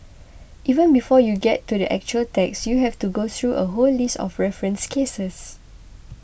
even before you get to the actual text you have to go through a whole list of referenced cases